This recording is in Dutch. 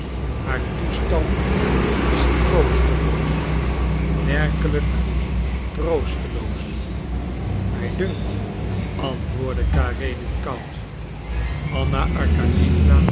haar toestand is troosteloos werkelijk troosteloos mij dunkt antwoordde karenin koud anna